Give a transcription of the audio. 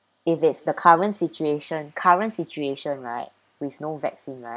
if it's the current situation current situation right with no vaccine right